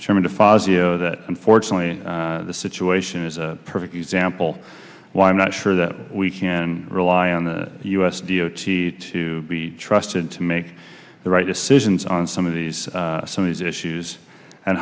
fazio that unfortunately the situation is a perfect example why i'm not sure that we can rely on the us d o t d to be trusted to make the right decisions on some of these some of these issues and